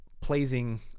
pleasing